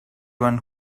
one